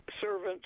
servants